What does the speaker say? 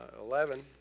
eleven